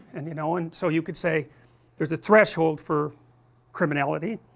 and you know and so you could say there is a threshold for criminality,